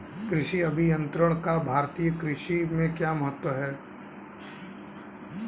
कृषि अभियंत्रण का भारतीय कृषि में क्या महत्व है?